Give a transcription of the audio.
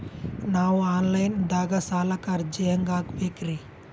ನಾವು online ದಾಗ ಸಾಲಕ್ಕ ಅರ್ಜಿ ಹೆಂಗ ಹಾಕಬೇಕ್ರಿ?